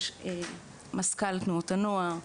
מזכ״ל תנועות הנוער,